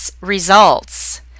results